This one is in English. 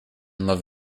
love